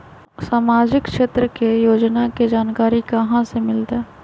सामाजिक क्षेत्र के योजना के जानकारी कहाँ से मिलतै?